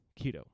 keto